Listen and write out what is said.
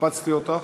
הקפצתי אותך.